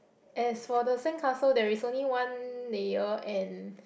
as for the sandcastle there is only one layer and